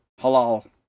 halal